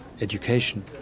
education